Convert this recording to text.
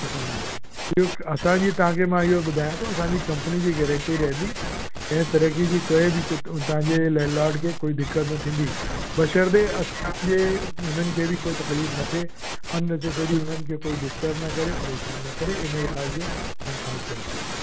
असांजे घर में ॿियो असांजी तव्हांखे मां इहो ॿुधायां थो असांजी कंपनी जी गेरंटी रहंदी कंहिं तरीक़े जी कोई बि कुझु तव्हांजे लैंडलॉर्ड खे कोई दिक़त न थींदी बशर्ते असांजे उन्हनि खे बि कोई तकलीफ़ु न थिए अननेसेसरी उन्हनि खे कोई डिस्टर्ब न करे परेशान न करे इन ॻाल्हि जो तव्हां ख़ासि ध्यानु रखंदा